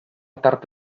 tarte